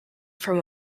from